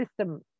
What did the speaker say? system